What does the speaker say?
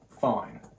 fine